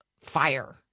fire